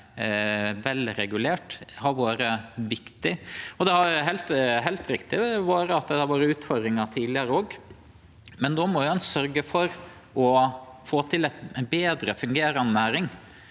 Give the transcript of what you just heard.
vel regulert, har vore viktig. Det er heilt riktig at det har vore utfordringar tidlegare òg, men då må ein sørgje for å få til ei betre fungerande næring,